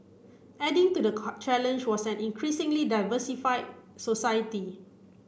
adding to the challenge was an increasingly diversified society